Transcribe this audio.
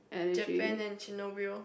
Japan and Chernobyl